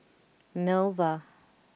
Nova